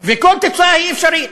וכל תוצאה היא אפשרית.